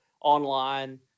online